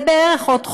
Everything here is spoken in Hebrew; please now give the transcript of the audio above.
זה בערך עוד חודש.